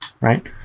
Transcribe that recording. right